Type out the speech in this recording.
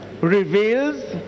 reveals